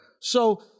So-